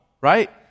right